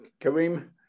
Kareem